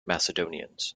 macedonians